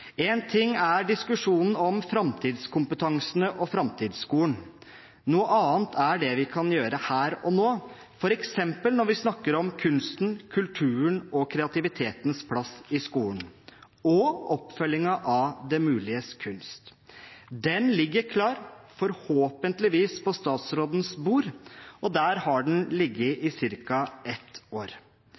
ting er diskusjonen om framtidskompetansene og framtidsskolen. Noe annet er det vi kan gjøre her og nå, f.eks. når vi snakker om kunsten, kulturen og kreativitetens plass i skolen og oppfølgingen av Det muliges kunst. Den ligger klar, forhåpentligvis på statsrådens bord, og der har den ligget i ca. et år.